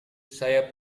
saya